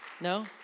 No